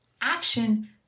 Action